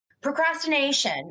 Procrastination